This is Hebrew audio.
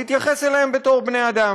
להתייחס אליהם כאל בני-אדם.